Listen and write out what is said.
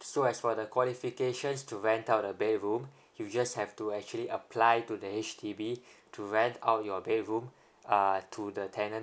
so as for the qualifications to rent out a bedroom you just have to actually apply to the H_D_B to rent out your bedroom uh to the tenant